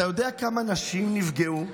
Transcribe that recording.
אתה יודע כמה נשים נפגעו,